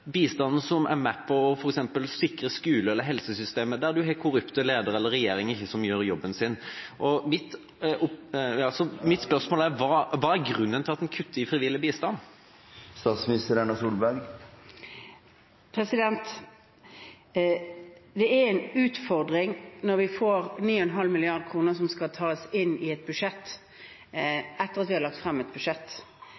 som er med på sikre f.eks. skoleverket eller helsevesenet der en har korrupte ledere eller regjeringer som ikke gjør jobben sin. Mitt spørsmål er: Hva er grunnen til at en kutter i bistanden til frivilligheten? Det er en utfordring når vi får 9,5 mrd. kr som skal tas inn i et budsjett etter at vi har lagt frem et budsjett.